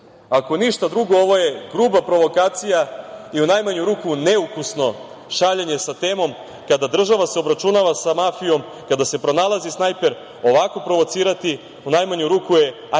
ništa drugo ovo je gruba provokacija i u najmanju ruku neukusno šaljenje sa temom kada se država obračunava sa mafijom, kada se pronalazi snajper, ovako provocirati u najmanju ruku je, ajde